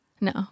No